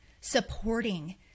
supporting